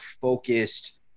focused